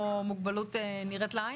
או מוגבלות נראית לעין?